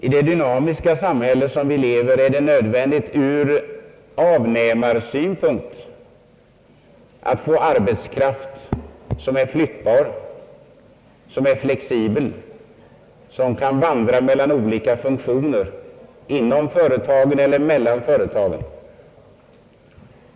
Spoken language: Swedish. I det dynamiska samhälle som vi lever i är det ur avnämarsynpunkt nödvändigt att få arbetskraft som är flyttbar, som är flexibel, som kan vandra mellan olika funktioner inom företagen eller mellan företagen.